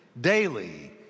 daily